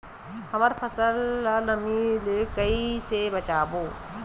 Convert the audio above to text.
हमर फसल ल नमी से क ई से बचाबो?